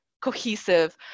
cohesive